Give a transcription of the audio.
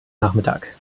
nachmittag